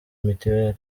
mitiweri